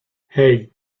hey